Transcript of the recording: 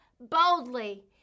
boldly